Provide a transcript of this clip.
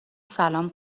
سلام